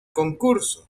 concurso